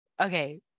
okay